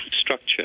structure